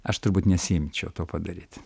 aš turbūt nesiimčiau to padaryt